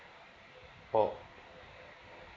oh